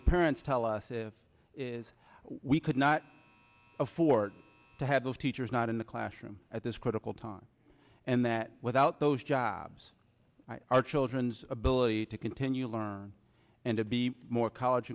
what parents tell us if is we could not afford to have those teachers not in the classroom at this critical time and that without those jobs our children's ability to continue learning and to be more college